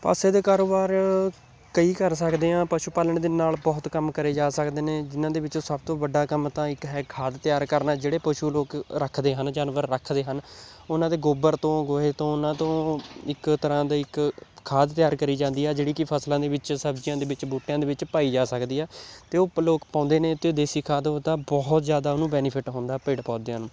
ਪਾਸੇ ਦੇ ਕਾਰੋਬਾਰ ਕਈ ਕਰ ਸਕਦੇ ਹਾਂ ਪਸ਼ੂ ਪਾਲਣ ਦੇ ਨਾਲ ਬਹੁਤ ਕੰਮ ਕਰੇ ਜਾ ਸਕਦੇ ਨੇ ਜਿਨ੍ਹਾਂ ਦੇ ਵਿੱਚੋਂ ਸਭ ਤੋਂ ਵੱਡਾ ਕੰਮ ਤਾਂ ਇੱਕ ਹੈ ਖਾਦ ਤਿਆਰ ਕਰਨਾ ਜਿਹੜੇ ਪਸ਼ੂ ਲੋਕ ਰੱਖਦੇ ਹਨ ਜਾਨਵਰ ਰੱਖਦੇ ਹਨ ਉਹਨਾਂ ਦੇ ਗੋਬਰ ਤੋਂ ਗੋਹੇ ਤੋਂ ਉਹਨਾਂ ਤੋਂ ਇੱਕ ਤਰ੍ਹਾਂ ਦੇ ਇੱਕ ਖਾਦ ਤਿਆਰ ਕਰੀ ਜਾਂਦੀ ਹੈ ਜਿਹੜੀ ਕਿ ਫ਼ਸਲਾਂ ਦੇ ਵਿੱਚ ਸਬਜ਼ੀਆਂ ਦੇ ਵਿੱਚ ਬੂਟਿਆਂ ਦੇ ਵਿੱਚ ਪਾਈ ਜਾ ਸਕਦੀ ਆ ਅਤੇ ਉਹ ਲੋਕ ਪਾਉਂਦੇ ਨੇ ਅਤੇ ਉਹ ਦੇਸੀ ਖਾਦ ਉਹਦਾ ਬਹੁਤ ਜ਼ਿਆਦਾ ਉਹਨੂੰ ਬੈਨੀਫਿੱਟ ਹੁੰਦਾ ਪੇੜ ਪੌਦਿਆਂ ਨੂੰ